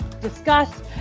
discuss